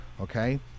Okay